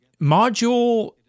module